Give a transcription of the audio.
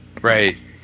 Right